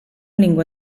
lingua